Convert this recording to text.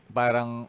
parang